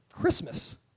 Christmas